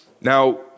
Now